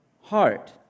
heart